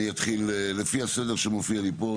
אני אתחיל לפי הסדר שמופיע לי פה,